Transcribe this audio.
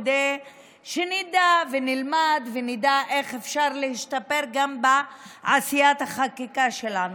כדי שנדע ונלמד ונדע איך אפשר להשתפר גם בעשיית החקיקה שלנו.